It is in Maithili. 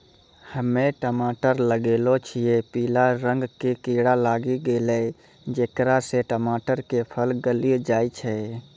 हम्मे टमाटर लगैलो छियै पीला रंग के कीड़ा लागी गैलै जेकरा से टमाटर के फल गली जाय छै?